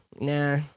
Nah